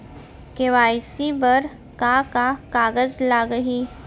KYC बर का का कागज लागही?